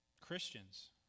Christians